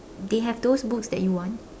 they have those books that you want